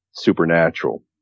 supernatural